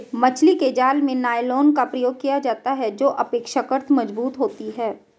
मछली के जाल में नायलॉन का प्रयोग किया जाता है जो अपेक्षाकृत मजबूत होती है